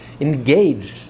engaged